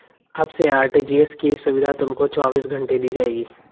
अब से आर.टी.जी.एस की सुविधा तुमको चौबीस घंटे दी जाएगी